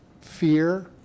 fear